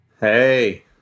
Hey